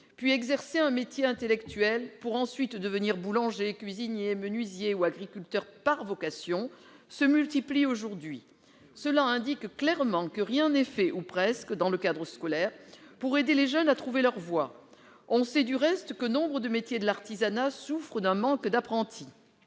puis exercé un métier intellectuel pour ensuite devenir boulanger, cuisinier, menuisier ou agriculteur, par vocation, se multiplient aujourd'hui. Cette tendance indique clairement que rien ou presque n'est fait dans le cadre scolaire pour aider les jeunes à trouver leur voie. On sait, du reste, que nombre de métiers de l'artisanat souffrent d'un manque d'apprentis.